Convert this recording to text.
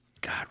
God